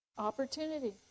Opportunity